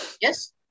Yes